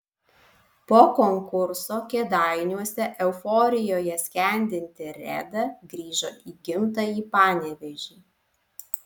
po konkurso kėdainiuose euforijoje skendinti reda grįžo į gimtąjį panevėžį